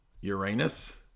Uranus